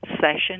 session